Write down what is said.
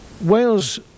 Wales